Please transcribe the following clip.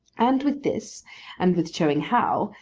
and with this and with showing how,